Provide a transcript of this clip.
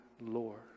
lord